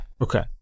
Okay